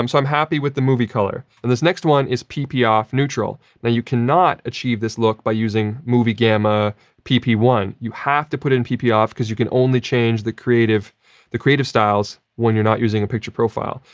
um i'm happy with the movie color. now, and this next one is pp off neutral. now, you cannot achieve this look by using movie gamma p p one. you have to put in pp off because you can only change the creative the creative styles when you're not using a picture profile,